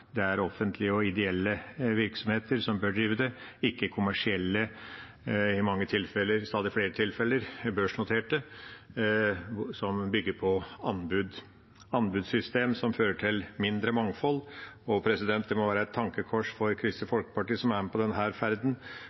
Det er offentlige og ideelle virksomheter som bør drive det, ikke kommersielle – og i stadig flere tilfeller børsnoterte – som bygger på anbud. Anbudssystemet fører til mindre mangfold, og det må være et tankekors for Kristelig Folkeparti som er med på denne ferden,